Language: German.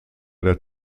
der